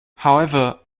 however